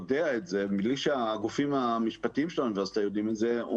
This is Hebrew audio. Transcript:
יודע את זה ובלי שהגופים המשפטיים של האוניברסיטה יודעים את זה,